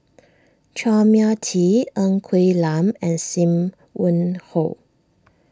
Chua Mia Tee Ng Quee Lam and Sim Wong Hoo